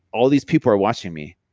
all these people are watching me.